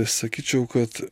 sakyčiau kad